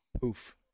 poof